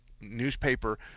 Newspaper